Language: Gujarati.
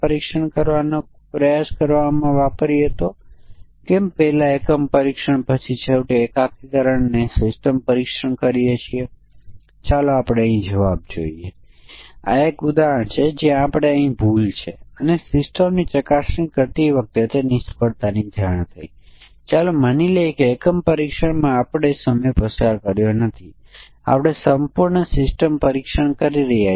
તેથી જો આપણે રજૂ કરીએ કે આપણી પાસે માન્ય સમીકરણો અમાન્ય સમીકરણો છે તેથી આપણી પાસે વિવિધ સમકક્ષ વર્ગો છે એક તે છે કે a b c 0 અમાન્ય સમીકરણ અથવા અમાન્ય ઇનપુટ મૂલ્યો a b c અક્ષરો છે